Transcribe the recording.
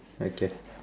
light can